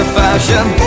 fashion